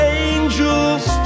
angels